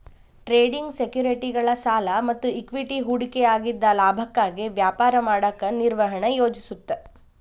trading ಸೆಕ್ಯುರಿಟಿಗಳ ಸಾಲ ಮತ್ತ ಇಕ್ವಿಟಿ ಹೂಡಿಕೆಯಾಗಿದ್ದ ಲಾಭಕ್ಕಾಗಿ ವ್ಯಾಪಾರ ಮಾಡಕ ನಿರ್ವಹಣೆ ಯೋಜಿಸುತ್ತ